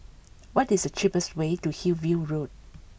what is the cheapest way to Hillview Road